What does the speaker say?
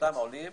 לאותם עולים